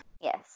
Yes